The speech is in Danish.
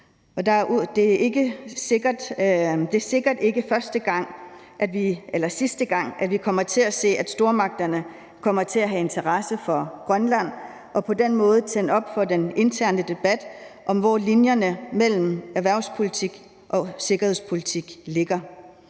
Det er sikkert ikke sidste gang, at vi kommer til at se, at stormagterne kommer til at have en interesse for Grønland og på den måde tænde den interne debat om, hvor grænsen mellem erhvervspolitik og sikkerhedspolitik ligger.